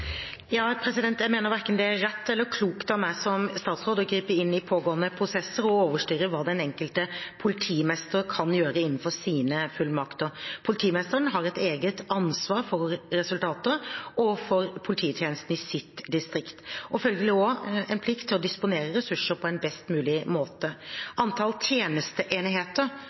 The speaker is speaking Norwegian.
Jeg mener det verken er rett eller klokt av meg som statsråd å gripe inn i pågående prosesser og overstyre hva den enkelte politimester kan gjøre innenfor sine fullmakter. Politimesteren har et eget ansvar for resultatene og for polititjenesten i sitt distrikt og følgelig også en plikt til å disponere ressurser på en best mulig måte. Antall tjenesteenheter